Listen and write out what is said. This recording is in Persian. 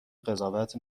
قضاوت